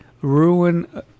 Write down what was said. ruin